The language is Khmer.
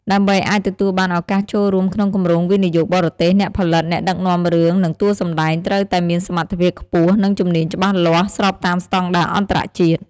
ដើម្បីអាចទទួលបានឱកាសចូលរួមក្នុងគម្រោងវិនិយោគបរទេស អ្នកផលិត អ្នកដឹកនាំរឿង និងតួសម្ដែង ត្រូវតែមានសមត្ថភាពខ្ពស់ និងជំនាញច្បាស់លាស់ ស្របតាមស្តង់ដារអន្តរជាតិ។